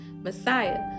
Messiah